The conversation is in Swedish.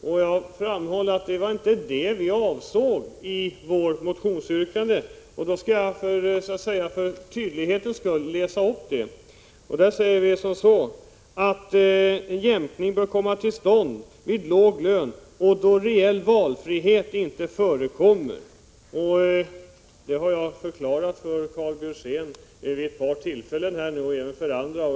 Jag har framhållit att det inte var det vi avsåg med vårt motionsyrkande. För tydlighetens skull skall jag läsa upp det yrkande, där vi säger att ”jämkning bör komma till stånd vid låg lön och då reell valfrihet inte förekommer”. Detta har jag förklarat för Karl Björzén vid ett par tillfällen och även för andra.